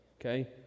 okay